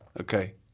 Okay